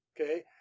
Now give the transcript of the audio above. okay